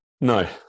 No